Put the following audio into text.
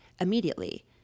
immediately